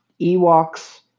Ewoks